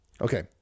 Okay